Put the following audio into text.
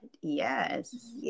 yes